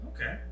Okay